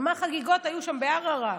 על מה היו החגיגות שם בערערה?